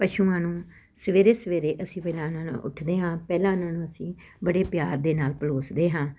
ਪਸ਼ੂਆਂ ਨੂੰ ਸਵੇਰੇ ਸਵੇਰੇ ਅਸੀਂ ਪਹਿਲਾਂ ਉਹਨਾਂ ਨੂੰ ਉੱਠਦੇ ਹਾਂ ਪਹਿਲਾਂ ਉਹਨਾਂ ਨੂੰ ਅਸੀਂ ਬੜੇ ਪਿਆਰ ਦੇ ਨਾਲ ਪਲੋਸਦੇ ਹਾਂ